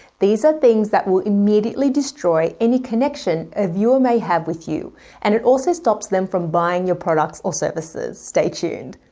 these are things that will immediately destroy any connection a viewer may have with you and it also stops them from buying your products or services. stay tuned.